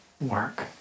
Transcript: work